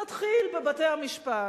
נתחיל בבתי-המשפט.